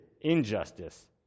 injustice